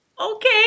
okay